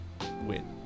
win